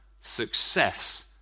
success